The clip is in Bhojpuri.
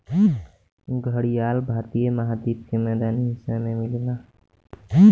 घड़ियाल भारतीय महाद्वीप के मैदानी हिस्सा में मिलेला